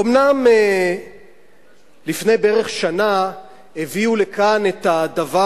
אומנם לפני בערך שנה הביאו לכאן את הדבר